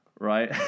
Right